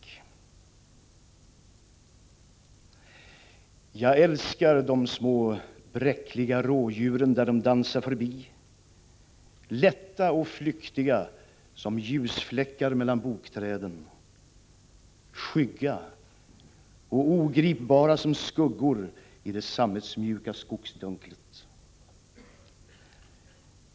Jag älskar de små bräckliga rådjuren där de dansa förbi, lätta och flyktiga som ljusfläckar mellan bokträden, skygga och ogripbara som skuggor i det sammetsmjuka skogsdunklet.